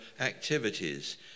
activities